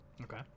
Okay